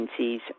agencies